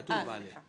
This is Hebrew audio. כתוב: "בעליי".